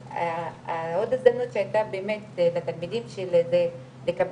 עוד הזדמנות שהייתה באמת לתלמידים זה לקבל